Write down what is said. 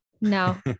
No